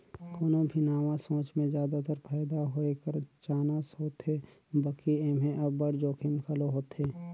कोनो भी नावा सोंच में जादातर फयदा होए कर चानस होथे बकि एम्हें अब्बड़ जोखिम घलो होथे